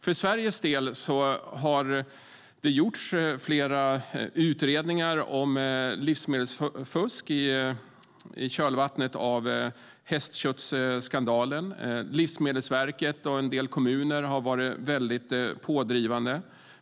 För Sveriges del har det gjorts flera utredningar om livsmedelsfusk i kölvattnet av höstköttsskandalen. Livsmedelsverket och en del kommuner har varit mycket pådrivande.